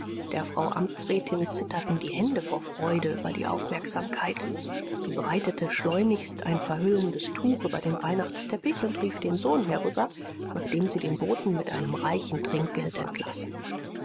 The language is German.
der frau amtsrätin zitterten die hände vor freude über die aufmerksamkeit sie breitete schleunigst ein verhüllendes tuch über den weihnachtsteppich und rief den sohn herüber nachdem sie den boten mit einem reichen trinkgeld entlassen